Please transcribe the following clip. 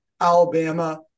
Alabama